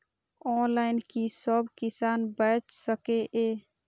Online कि सब किसान बैच सके ये?